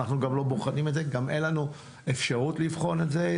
אנחנו גם לא בוחנים את זה גם אין לנו אפשרות לבחון את זה,